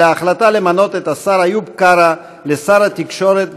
על ההחלטה למנות את השר איוב קרא לשר התקשורת,